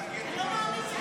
אתה יכול להרגיע את הגנון הזה?